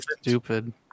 stupid